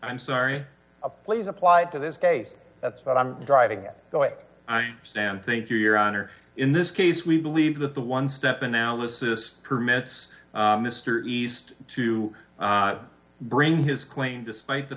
i'm sorry please applied to this case that's what i'm driving at i stand thank you your honor in this case we believe that the one step analysis permits mr east to bring his claim despite the